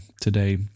today